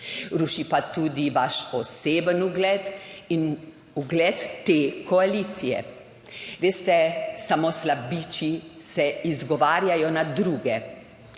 Ruši pa tudi vaš oseben ugled in ugled te koalicije. Veste, samo slabiči se izgovarjajo na druge.